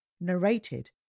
narrated